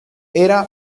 era